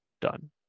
done